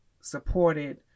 supported